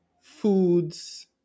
foods